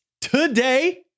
today